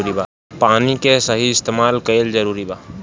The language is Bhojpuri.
पानी के सही इस्तेमाल कइल जरूरी बा